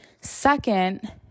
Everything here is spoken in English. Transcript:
Second